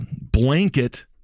blanket